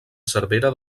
cervera